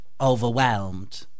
overwhelmed